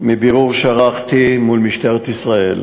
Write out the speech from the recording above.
מבירור שערכתי מול משטרת ישראל